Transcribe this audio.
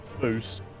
boost